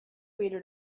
reader